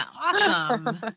Awesome